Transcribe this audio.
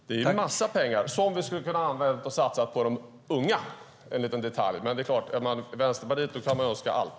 Det är en massa pengar som vi skulle ha kunnat använda till att satsa på de unga, men det är klart att är man med i Vänsterpartiet kan man önska allt.